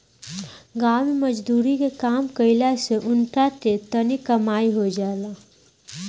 गाँव मे मजदुरी के काम कईला से उनका के तनी कमाई हो जाला